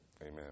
Amen